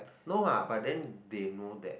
no ah but then they know that